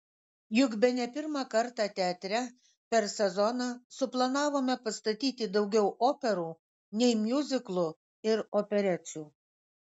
juk bene pirmą kartą teatre per sezoną suplanavome pastatyti daugiau operų nei miuziklų ir operečių